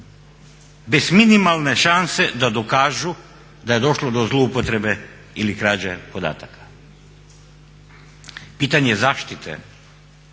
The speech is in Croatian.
bez minimalne šanse da dokažu da je došlo do zloupotrebe ili krađe podataka. Pitanje zaštite